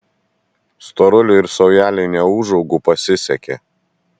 storuliui ir saujelei neūžaugų pasisekė